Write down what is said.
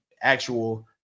actual